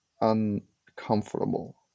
uncomfortable